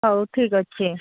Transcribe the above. ହଉ ଠିକ୍ ଅଛି